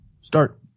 Start